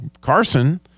Carson